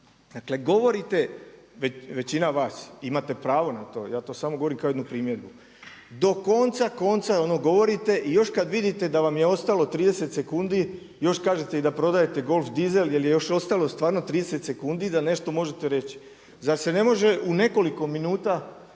Dakle govorite, većina vas, imate pravo na to, ja to samo govorim kao jednu primjedbu, do konca konca ono govorite i još kada vidite da vam je ostalo 30 sekundi još kažete i da prodajete golf dizel jer je još ostalo stvarno 30 sekundi i da nešto možete reći. Zar se ne može u nekoliko minuta